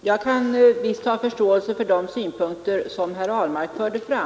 Herr talman! Jag kan ha viss förståelse för de synpunkter som herr Ahlmark förde fram.